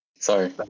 Sorry